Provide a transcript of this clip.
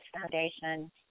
foundation